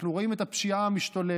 אנחנו רואים את הפשיעה המשתוללת,